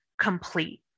complete